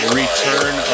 return